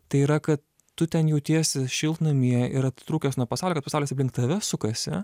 tai yra kad tu ten jautiesi šiltnamyje ir atitrūkęs nuo pasaulio kad pasaulis aplink tave sukasi